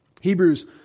Hebrews